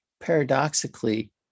paradoxically